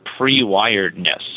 pre-wiredness